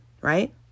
Right